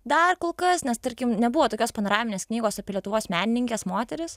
dar kol kas nes tarkim nebuvo tokios panoraminės knygos apie lietuvos menininkes moteris